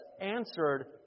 answered